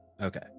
Okay